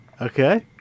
Okay